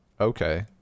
okay